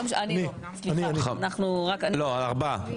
ארבעה.